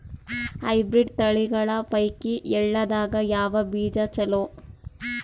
Hybrid ತಳಿಗಳ ಪೈಕಿ ಎಳ್ಳ ದಾಗ ಯಾವ ಬೀಜ ಚಲೋ?